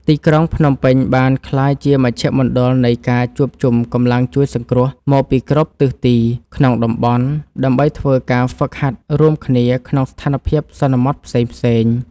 ទីក្រុងភ្នំពេញបានក្លាយជាមជ្ឈមណ្ឌលនៃការជួបជុំកម្លាំងជួយសង្គ្រោះមកពីគ្រប់ទិសទីក្នុងតំបន់ ដើម្បីធ្វើការហ្វឹកហាត់រួមគ្នាក្នុងស្ថានភាពសន្មតផ្សេងៗ។